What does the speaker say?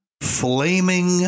flaming